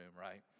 right